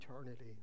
eternity